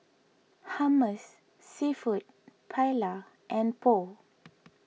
Hummus Seafood Paella and Pho